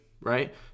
right